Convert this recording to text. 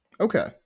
okay